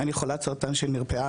אני חולת סרטן שנרפאה